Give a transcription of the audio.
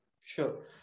Sure